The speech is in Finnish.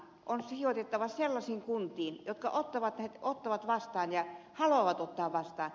on sijoitettava sellaisiin kuntiin jotka ottavat vastaan ja haluavat ottaa vastaan